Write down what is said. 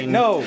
no